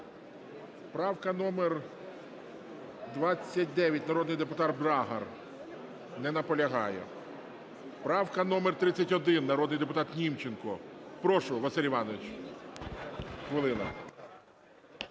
Правка номер 29, народний депутат Брагар. Не наполягає. Правка номер 31, народний депутат Німченко. Прошу вас, Василь Іванович, хвилина.